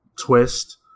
twist